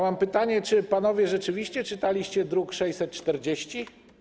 Mam pytanie: Czy panowie rzeczywiście czytaliście druk nr 640?